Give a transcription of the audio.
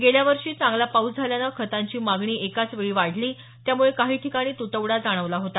गेल्या वर्षी चांगला पाऊस झाल्यानं खतांची मागणी एकाचवेळी वाढली त्यामुळे काही ठिकाणी तुटवडा जाणवला होता